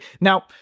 Now